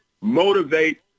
motivate